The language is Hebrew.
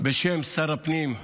בשם שר הפנים,